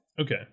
Okay